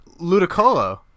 Ludicolo